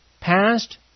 past